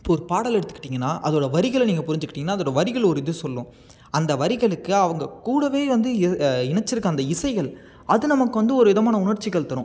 இப்போ ஒரு பாடல் எடுத்துக்கிட்டிங்கனா அதோட வரிகளை நீங்கள் புரிஞ்சுக்கிட்டிங்கனா அதோட வரிகள் ஒரு இது சொல்லும் அந்த வரிகளுக்கு அவங்க கூடவே வந்து இது இணைச்சிருக்க அந்த இசைகள் அது நமக்கு வந்து ஒரு விதமான உணர்ச்சிகள் தரும்